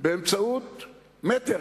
באמצעות מטר.